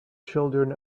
children